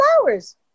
flowers